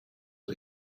was